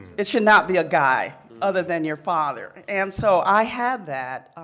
it should not be a guy other than your father. and so i had that.